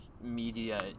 media